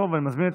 ואני מזמין,